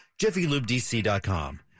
JiffyLubeDC.com